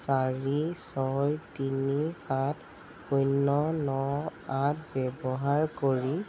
চাৰি ছয় তিনি সাত শূন্য ন আঠ ব্যৱহাৰ কৰি